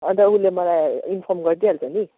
अन्त उसले मलाई इन्फर्म गरिदिइहाल्छ नि